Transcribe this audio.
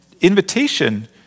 invitation